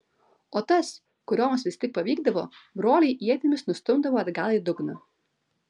o tas kurioms vis tik pavykdavo broliai ietimis nustumdavo atgal į dugną